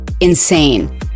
insane